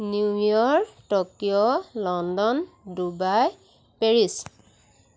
New York Tokyo London Dubai Paris